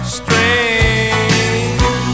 strange